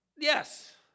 Yes